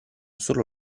solo